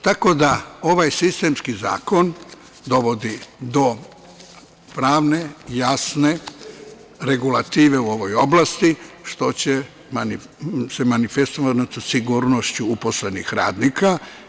Tako da, ovaj sistemski zakon dovodi do pravne, jasne regulative u ovoj oblasti, što će se manifestovati sigurnošću uposlenih radnika.